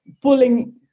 pulling